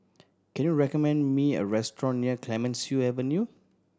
can you recommend me a restaurant near Clemenceau Avenue